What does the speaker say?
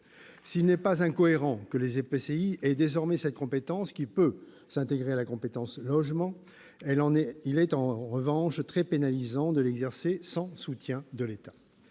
S'il n'est pas incohérent que les EPCI aient désormais cette compétence, qui peut s'intégrer à celle du logement, il est en revanche très pénalisant de l'exercer sans soutien de l'État.